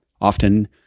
Often